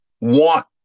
want